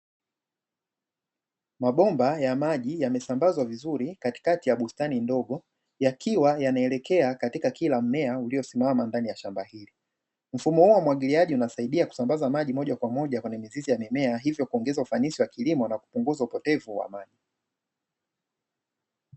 Mabomba ya maji yamesambazwa vizuri katikati ya bustani ndogo, yakiwa yanaelekea katika kila mmea uliosimama ndani ya shamba hili, mfumo huu wa umwagiliaji unasaidia kusambaza maji moja kwa moja kwenye mizizi ya mimea, na hivyo kuongeza ufanisi wa kilimo na kupunguza upotevu wa maji.